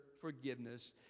forgiveness